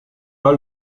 pas